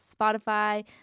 Spotify